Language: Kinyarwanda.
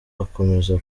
akomeza